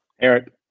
Eric